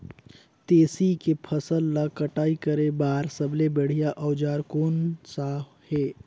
तेसी के फसल ला कटाई करे बार सबले बढ़िया औजार कोन सा हे?